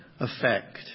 effect